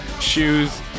shoes